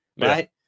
right